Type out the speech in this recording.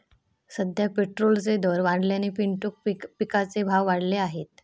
सध्या पेट्रोलचे दर वाढल्याने पिंटू पिकाचे भाव वाढले आहेत